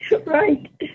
Right